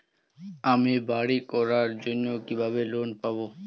আমি বাড়ি করার জন্য কিভাবে লোন পাব?